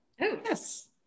Yes